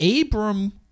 Abram